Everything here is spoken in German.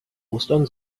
ostern